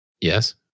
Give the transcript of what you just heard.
Yes